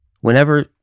whenever